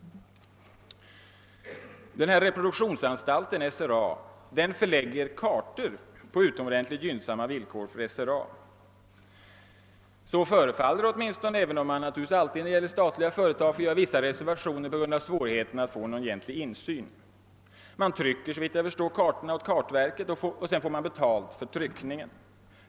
Reproduktionsanstalten, SRA, förlägger kartor på för sig själv utomordentligt gynnsamma villkor; så förefaller det åtminstone, även om man naturligtvis som alltid när det gäller statliga företag får göra vissa reservationer på grund av svårigheten att få någon egentlig insyn. Anstalten trycker, såvitt jag förstår, kartorna åt kartverket och får betalt för trycket.